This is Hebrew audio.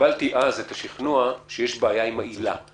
וקיבלתי אז את השכנוע שיש בעיה עם העילה,